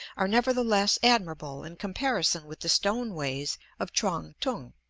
are nevertheless admirable in comparison with the stone-ways of quang-tung.